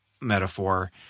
metaphor